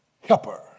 helper